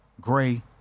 Gray